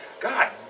god